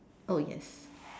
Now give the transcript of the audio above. oh yes